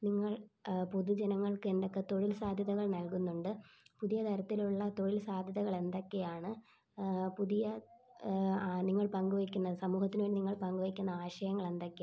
നിങ്ങൾ പൊതുജനങ്ങൾക്ക് എന്തൊക്കെ തൊഴിൽ സാധ്യതകൾ നൽകുന്നുണ്ട് പുതിയ തരത്തിലുള്ള തൊഴിൽ സാധ്യതകൾ എന്തൊക്കെയാണ് പുതിയ നിങ്ങൾ പങ്കുവയ്ക്കുന്ന സമൂഹത്തിന് വേണ്ടി പങ്കുവയ്ക്കുന്ന ആശയങ്ങൾ എന്തൊക്കെയാണ്